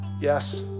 Yes